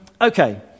Okay